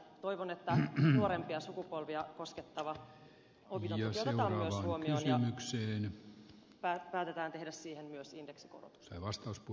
toivon että nuorempia sukupolvia koskettava opintotuki otetaan myös huomioon ja päätetään tehdä myös siihen indeksikorotus